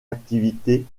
activités